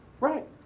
Right